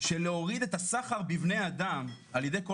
של להוריד את הסחר בבני אדם על-ידי כל